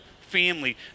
family